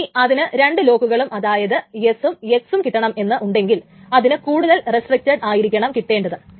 ഇനി അതിന് രണ്ട് ലോക്കുകളും അതായത് ട ഉം X ഉം കിട്ടണമെന്ന് ഉണ്ടെങ്കിൽ അതിന് കൂടുതൽ റെസ്ട്രിക്റ്റഡ് ആയിരിക്കണം കിട്ടേണ്ടത്